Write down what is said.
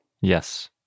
Yes